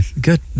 Good